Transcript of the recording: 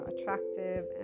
attractive